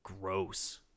gross